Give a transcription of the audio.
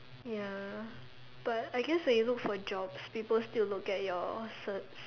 ya but I guess when you look for jobs people still look at your certs